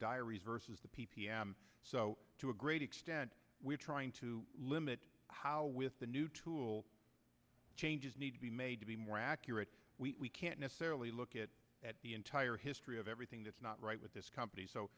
diaries versus the p p m so to a great extent we're trying to limit how with the new tool changes need to be made to be more accurate we can't necessarily look at at the entire history of everything that's not right with this company so